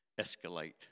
escalate